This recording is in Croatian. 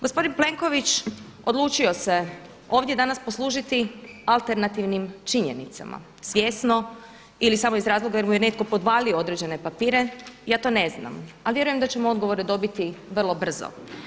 Gospodin Plenković odlučio se ovdje danas poslužiti alternativnim činjenicama svjesno ili samo iz razloga jer mu je netko podvalio određene papire ja to ne znam, ali vjerujem da ćemo odgovore dobiti vrlo brzo.